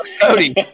Cody